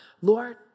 Lord